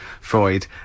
Freud